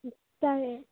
ꯆꯥꯔꯦ